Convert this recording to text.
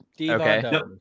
Okay